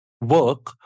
work